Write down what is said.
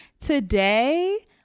Today